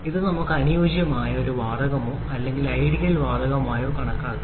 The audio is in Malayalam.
ഇത് നമുക്ക് അനുയോജ്യമായ ഒരു വാതകമോ അല്ലെങ്കിൽ ഐഡിയൽ വാതകമോ ആയി കണക്കാക്കാം